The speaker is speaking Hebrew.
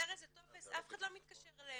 לקבל רישיון וחסר איזה טופס אף אחד לא מתקשר אליהם,